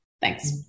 Thanks